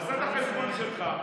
תעשה את החשבון שלך,